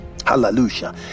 Hallelujah